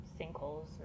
sinkholes